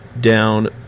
down